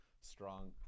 strong